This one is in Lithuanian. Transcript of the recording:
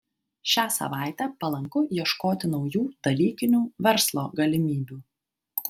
šią savaitę palanku ieškoti naujų dalykinių verslo galimybių